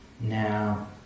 Now